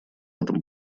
этом